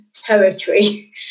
territory